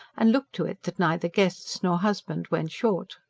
and looked to it that neither guests nor husband went short.